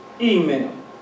email